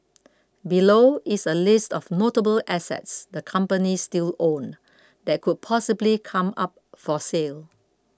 below is a list of notable assets the companies still own that could possibly come up for sale